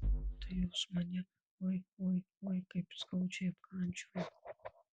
tai jos mane oi oi oi kaip skaudžiai apkandžiojo